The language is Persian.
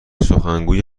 سخنگوی